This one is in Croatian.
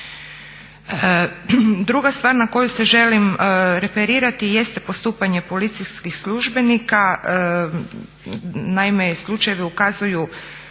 Druga stvar na koju se želim referirati jeste postupanje policijskih službenika. Naime, slučajevi ukazuju